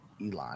Elon